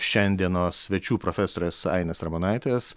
šiandienos svečių profesorės ainės ramonaitės